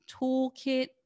toolkit